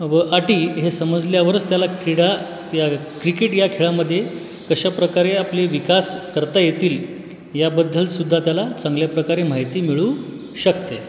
व अटी हे समजल्यावरच त्याला क्रीडा या क्रिकेट या खेळामध्ये कशाप्रकारे आपले विकास करता येतील याबद्दल सुद्धा त्याला चांगल्या प्रकारे माहिती मिळू शकते